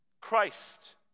Christ